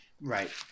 Right